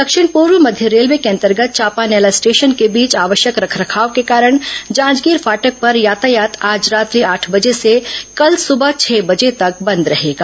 दक्षिण पूर्व मध्य रेलवे के अंतर्गत चांपा नैला स्टेशन के बीच आवश्यक रखरखाव के कारण जांजगीर फाटक पर यातायात आज रात्रि आठ बजे से कल सुबह छह बजे तक बंद रहेगा